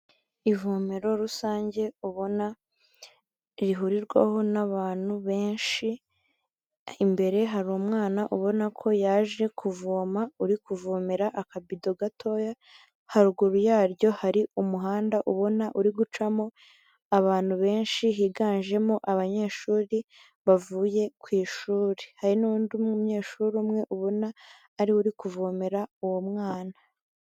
Ivomero rusange ubona rihurirwaho n'abantu benshi, imbere hari umwana ubona ko yaje kuvoma uri kuvomera akabido gatoya, haruguru yaryo hari umuhanda ubona uri gucamo abantu benshi higanjemo abanyeshuri bavuye ku ishuri. Hari n'undi munyeshuri umwe ubona ariwe uri kuvomera uwo mwana.